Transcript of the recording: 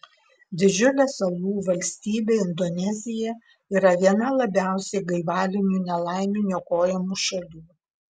didžiulė salų valstybė indonezija yra viena labiausiai gaivalinių nelaimių niokojamų šalių